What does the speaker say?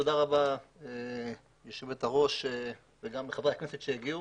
תודה רבה ליושבת-ראש וגם לחברי הכנסת שהגיעו.